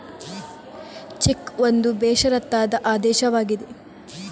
check ಒಂದು ಬೇಷರತ್ತಾದ ಆದೇಶವಾಗಿದೆ